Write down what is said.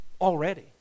already